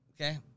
Okay